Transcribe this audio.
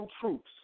troops